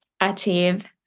achieve